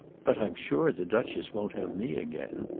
but i'm sure the duchess won't have me again.